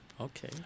Okay